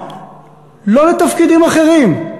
לא לתפקידים אחרים,